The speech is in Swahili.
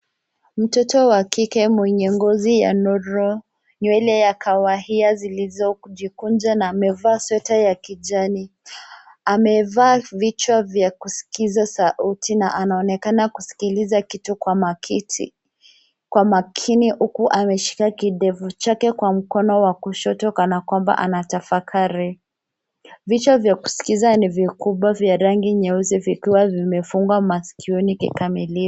Mtoto wa kike mwenye ngozi ya noro, nywele ya kahawia zilizojikunja na amevaa sweta ya kijani. Amevaa vichwa vya kuskiza sauti na anaonekana kuskiliza kitu kwa makini huku ameshika kidevu chake kwa mkono wa kushoto kana kwamba anatafakari. Vichwa vya kuskiza ni vikubwa vya rangi nyeusi vikiwa vimefunga masikioni kikamilifu.